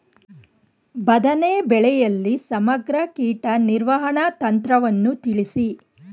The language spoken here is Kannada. ಬದನೆ ಬೆಳೆಯಲ್ಲಿ ಸಮಗ್ರ ಕೀಟ ನಿರ್ವಹಣಾ ತಂತ್ರವನ್ನು ತಿಳಿಸಿ?